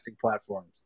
platforms